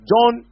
John